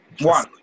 One